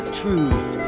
truth